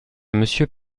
monsieur